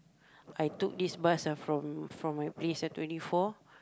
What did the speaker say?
I took this bus ah from from my place ah twenty four